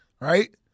Right